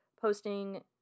posting